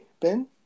Ben